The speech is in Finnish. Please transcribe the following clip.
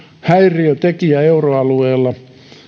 häiriötekijä euroalueella